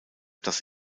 das